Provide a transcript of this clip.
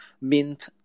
mint